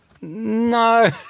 No